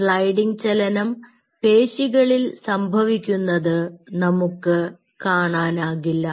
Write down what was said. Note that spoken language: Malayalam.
സ്ലൈഡിങ് ചലനം പേശികളിൽ സംഭവിക്കുന്നത് നമുക്ക് കാണാനാകില്ല